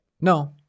no